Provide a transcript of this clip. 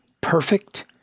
perfect